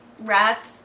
rats